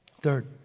Third